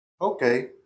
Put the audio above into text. Okay